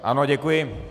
Ano, děkuji.